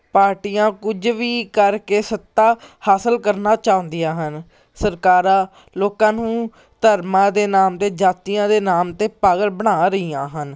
ਪਾਰਟੀਆਂ ਕੁਝ ਵੀ ਕਰਕੇ ਸੱਤਾ ਹਾਸਲ ਕਰਨਾ ਚਾਹੁੰਦੀਆਂ ਹਨ ਸਰਕਾਰਾਂ ਲੋਕਾਂ ਨੂੰ ਧਰਮਾਂ ਦੇ ਨਾਮ 'ਤੇ ਜਾਤੀਆਂ ਦੇ ਨਾਮ 'ਤੇ ਪਾਗਲ ਬਣਾ ਰਹੀਆਂ ਹਨ